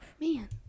Man